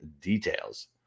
details